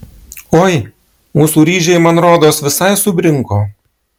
oi mūsų ryžiai man rodos visai subrinko